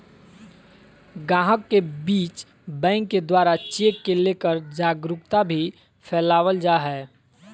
गाहक के बीच बैंक के द्वारा चेक के लेकर जागरूकता भी फैलावल जा है